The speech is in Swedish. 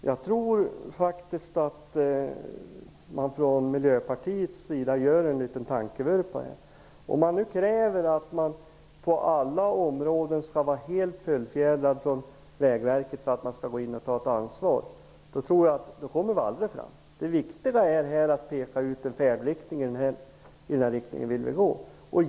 Fru talman! Jag tror att man gör en liten tankevurpa från Miljöpartiets sida här. Om man kräver att Vägverket skall vara helt fullfjädrat på alla områden för att kunna gå in och ta ett ansvar kommer man aldrig fram. Det viktiga är att peka ut en färdriktning, och säga att i den vill vi gå.